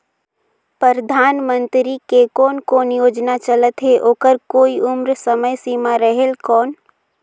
परधानमंतरी के कोन कोन योजना चलत हे ओकर कोई उम्र समय सीमा रेहेल कौन?